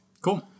Cool